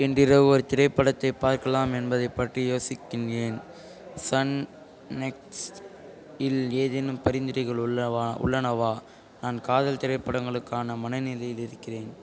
இன்றிரவு ஒரு திரைப்படத்தை பார்க்கலாம் என்பதைப் பற்றி யோசிக்கின்றேன் சன் நெக்ஸ்ட் இல் ஏதேனும் பரிந்துரைகள் உள்ளவா உள்ளனவா நான் காதல் திரைப்படங்களுக்கான மனநிலையில் இருக்கிறேன்